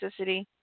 toxicity